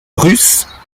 russe